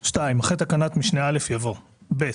(2) אחרי תקנת משנה (א) יבוא: "(ב)